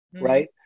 right